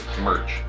Merch